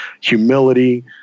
humility